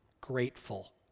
grateful